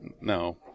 no